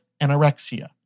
anorexia